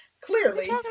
clearly